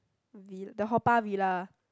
vil~ the Haw-Par-Villa